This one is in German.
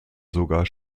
sogar